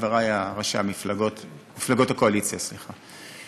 וחברי ראשי המפלגות, מפלגות הקואליציה, סליחה.